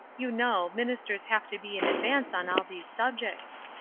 you know, ministers have to be in advance on all these subjects.